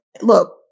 look